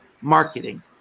marketing